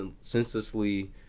senselessly